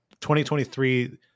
2023